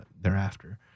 thereafter